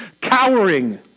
cowering